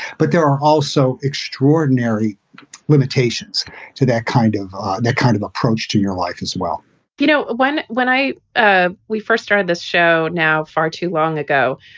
but there are also extraordinary limitations to that kind of ah that kind of approach to your life as well you know, when when i ah we first started this show, now far too long ago,